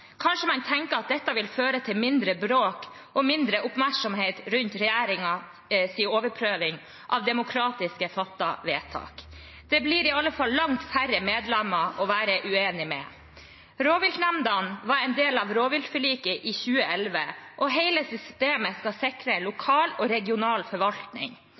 Kanskje man tenker at dette vil føre til mindre bråk og mindre oppmerksomhet rundt regjeringens overprøving av demokratisk fattede vedtak. Det blir i alle fall langt færre medlemmer å være uenig med. Rovviltnemndene var en del av rovviltforliket i 2011, og hele systemet skal sikre lokal og regional forvaltning.